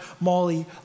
Molly